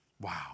Wow